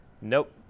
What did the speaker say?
Nope